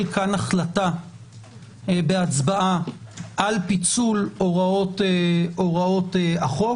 החלטה בהצבעה על פיצול הוראות החוק.